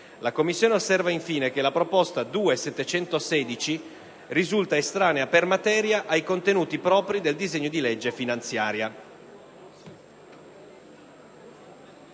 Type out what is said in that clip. La Commissione osserva, infine, che la proposta 2.716 risulta estranea per materia ai contenuti propri del disegno di legge finanziaria».